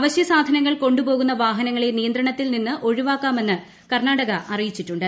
അവശ്യസാധനങ്ങൾ കൊണ്ടുപോകുന്ന വാഹനങ്ങളെ നിയന്ത്രണത്തിൽ നിന്ന് ഒഴിവാക്കാമെന്ന് കർണാടക അറിയിച്ചിട്ടുണ്ട്